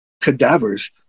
cadavers